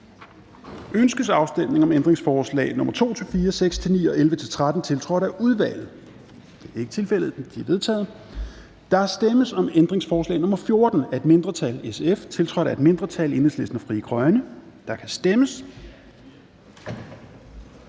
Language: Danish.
Ønskes afstemning om ændringsforslag nr. 2-4, 6-9 og 11-13, tiltrådt af udvalget? Det er ikke tilfældet, så de er vedtaget. Der stemmes om ændringsforslag nr. 14 af et mindretal (SF), tiltrådt af et mindretal (EL og FG), og der kan stemmes.